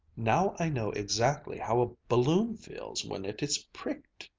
now i know exactly how a balloon feels when it is pricked.